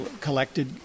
collected